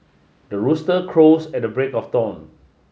the rooster crows at the break of dawn